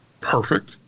perfect